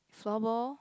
floorball